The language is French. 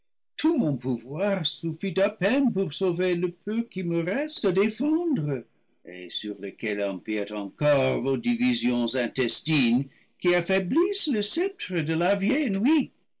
tout mon pouvoir suffit à peine pour sauver le peu qui me reste à dé fendre et sur lequel empiètent encore vos divisions intestines qui affaiblissent le sceptre de la vieille nuit